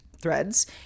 threads